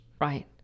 Right